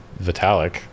Vitalik